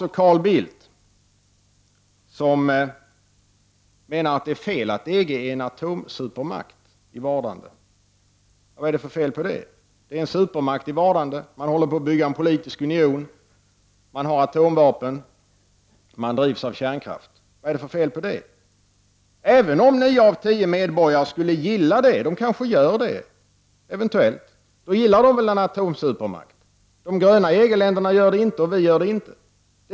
Carl Bildt menar att det är fel att säga att EG är en atomsupermakt i vardande. Vad är det för fel att säga det? EG är en supermakt i vardande. Man håller på att bygga en politisk union, man har atomvapen och man har kärnkraft. Vad är det för fel att säga att det är en atomsupermakt — även om nio av tio medborgare skulle gilla en sådan? De kanske gillar en atomsupermakt. De gröna EG-länderna gör det inte, och det gör inte miljöpartiet heller.